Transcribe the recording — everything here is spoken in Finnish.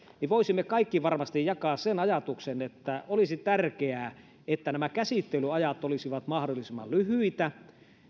voisimme kaikki varmasti jakaa sen ajatuksen että olisi tärkeää että nämä käsittelyajat olisivat mahdollisimman lyhyitä